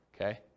okay